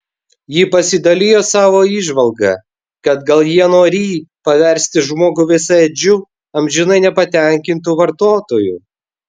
ji pasidalijo savo įžvalga kad gal jie norį paversti žmogų visaėdžiu amžinai nepatenkintu vartotoju